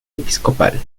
episcopal